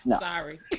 Sorry